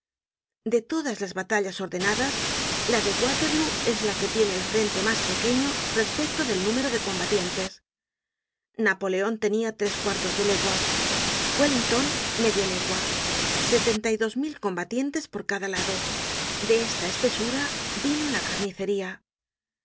de todas las batallas ordenadas la de waterlóo es la que tiene el frente mas pequeño respecto del número de combatientes napoleon tenia tres cuartos de legua wellington media legua setenta y dos mil combatientes por cada lado de esta espesura vino la carnicería